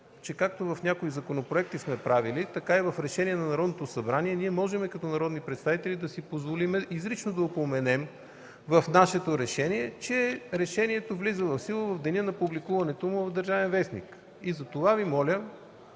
че както в някои законопроекти сме правили, така и в решение на Народното събрание ние, като народни представители, можем да си позволим изрично да упоменем в нашето решение, че „Решението влиза в сила от деня на публикуването му в “Държавен вестник”. Затова Ви моля